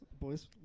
boys